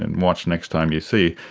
and watch next time you see,